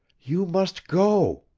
you must go!